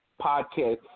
podcast